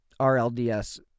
RLDS